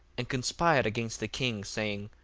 and conspired against the king, saying,